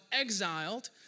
exiled